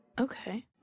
Okay